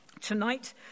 Tonight